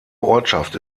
ortschaft